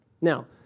Now